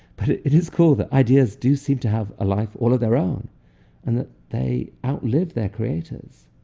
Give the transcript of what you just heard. but it is cool that ideas do seem to have a life all of their own and that they outlive their creators.